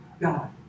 God